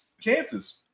chances